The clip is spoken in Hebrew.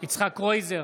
יצחק קרויזר,